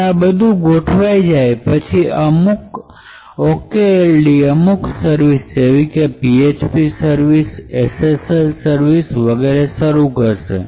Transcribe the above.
હવે આ બધું ગોઠવાઇ જાય પછી okld અમુક સર્વિસ જેવી કે php સર્વિસ ssl સર્વિસ વગેરે શરૂ કરશે